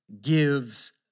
gives